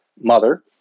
mother